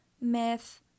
myth